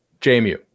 JMU